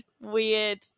weird